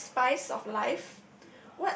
this question is spice of life